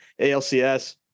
ALCS